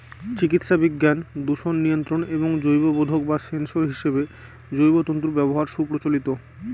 চিকিৎসাবিজ্ঞান, দূষণ নিয়ন্ত্রণ এবং জৈববোধক বা সেন্সর হিসেবে জৈব তন্তুর ব্যবহার সুপ্রচলিত